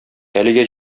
әлегә